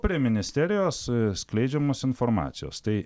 prie ministerijos skleidžiamos informacijos tai